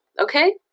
Okay